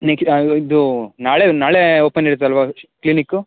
ಇದು ನಾಳೆ ನಾಳೆ ಓಪನ್ ಇರುತ್ತಲ್ವ ಕ್ಲಿನಿಕು